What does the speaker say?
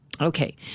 Okay